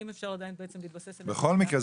אם אפשר עדיין להתבסס על --- בכל מקרה,